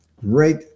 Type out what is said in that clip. great